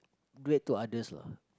duet to others lah